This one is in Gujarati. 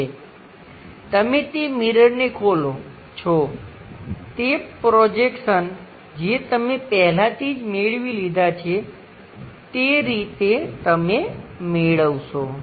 અને તમે તે મિરરને ખોલો છો તે પ્રોજેક્શન જે તમે પહેલાથી જ મેળવી લીધા છે તે રીતે તમે મેળવશો